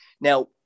Now